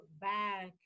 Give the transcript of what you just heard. back